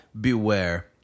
Beware